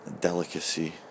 Delicacy